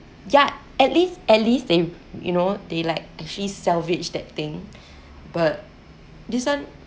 yet at least at least they've you know they like actually salvaged that thing but this one